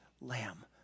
Lamb